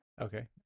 Okay